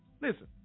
listen